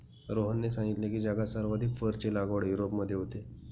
रोहनने सांगितले की, जगात सर्वाधिक फरची लागवड युरोपमध्ये होते